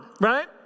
right